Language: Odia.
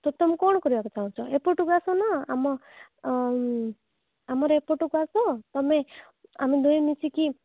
ତ ତୁମେ କ'ଣ କରିବାକୁ ଚାହୁଁଛ ଏପଟକୁ ଆସୁନ ଆମ ଆମର ଏପଟକୁ ଆସ ତୁମେ ଆମେ ଦୁହେଁ ମିଶିକି